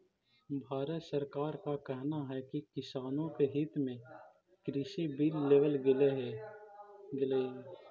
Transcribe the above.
भारत सरकार का कहना है कि किसानों के हित में कृषि बिल लेवल गेलई हे